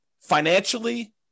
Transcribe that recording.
financially